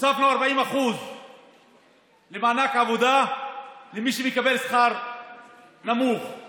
הוספנו 40% למענק עבודה למי שמקבל שכר נמוך,